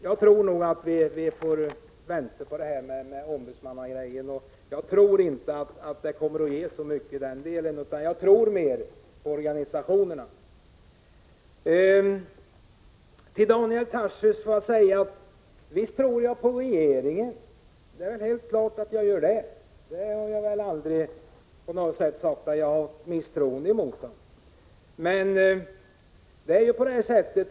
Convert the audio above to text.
Jag tror inte att en sådan kommer att ge så mycket, utan har större tillit till organisationerna. Till Daniel Tarschys vill jag säga: Visst tror jag på regeringen. Jag har aldrig på något sätt sagt att jag hyser misstroende mot den.